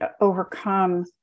overcome